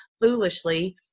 foolishly